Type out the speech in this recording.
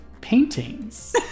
paintings